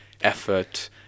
effort